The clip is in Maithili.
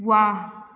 वाह